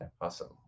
Awesome